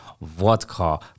vodka